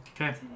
Okay